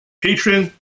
patron